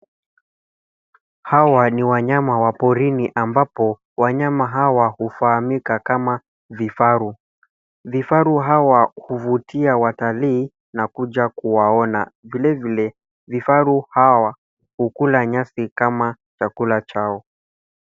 Hawa ni wanyama wa porini ambapo wanyama hawa hufahamika kama vifaru. Vifaru hawa huvutia watalii na kuja kuwaona. Vile vile, vifaru hawa hukula nyasi kama chakula chao.